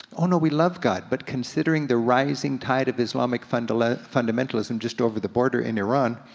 oh no we love god, but considering the rising tide of islamic fundamentalism fundamentalism just over the border in iran,